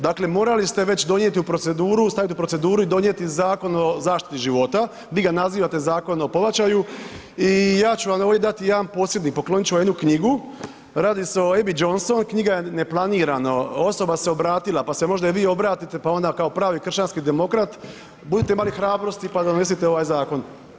Dakle, morali ste već donijeti u proceduru, staviti u proceduru i donijeti Zakon o zaštiti života, vi ga nazivate „zakon o pobačaju“ i ja ću vam ovdje dati jedan podsjetnik, poklonit ću vam jednu knjigu, radi se o Abby Johnson, knjiga je „Neplanirano“, osoba se obratila pa se možda i vi obratite pa onda kao pravi kršćanski demokrat budete imali hrabrosti pa donesete ovaj zakon.